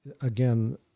again